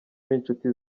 n’inshuti